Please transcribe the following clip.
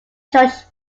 george